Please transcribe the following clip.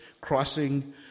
crossing